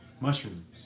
mushrooms